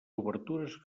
obertures